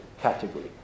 category